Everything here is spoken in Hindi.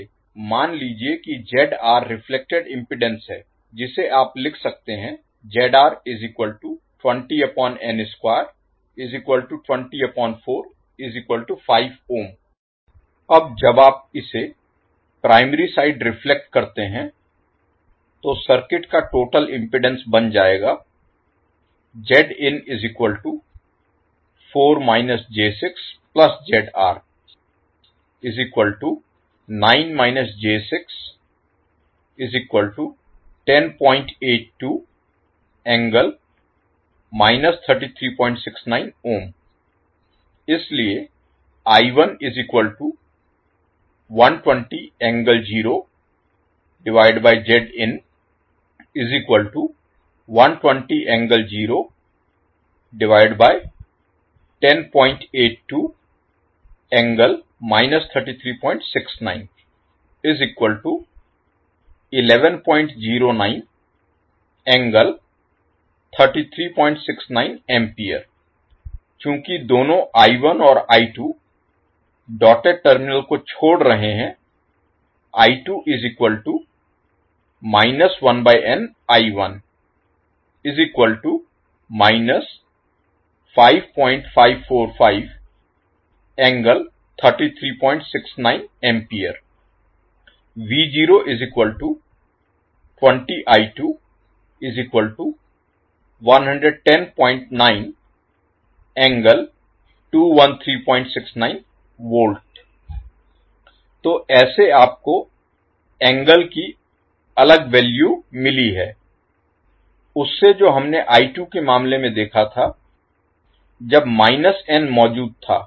मान लीजिए कि रिफ्लेक्टेड इम्पीडेन्स है जिसे आप लिख सकते हैं अब जब आप इसे प्राइमरी साइड रिफ्लेक्ट करते हैं तो सर्किट का टोटल इम्पीडेन्स बन जाएगा इसलिये चूंकि दोनों और डॉटेड टर्मिनल को छोड़ रहे हैं तो ऐसे आपको एंगल की अलग वैल्यू मिली है उससे जो हमने के मामले में देखा था जब n मौजूद था